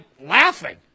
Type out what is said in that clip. laughing